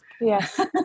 Yes